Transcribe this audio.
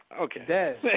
Okay